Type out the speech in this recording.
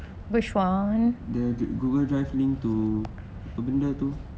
the google drive link to apa benda tu